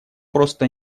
просто